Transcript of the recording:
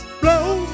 blow